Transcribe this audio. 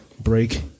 break